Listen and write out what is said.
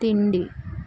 తిండి